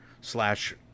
slash